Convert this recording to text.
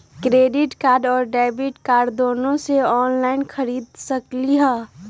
Credit card और debit card दोनों से ऑनलाइन खरीद सकली ह?